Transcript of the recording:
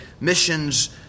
missions